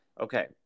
okay